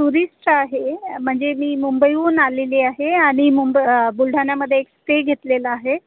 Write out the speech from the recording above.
tourist आहे म्हणजे मी मुंबईहून आलेली आहे आणि मुंब बुलढाण्यामध्ये एक स्टे घेतलेला आहे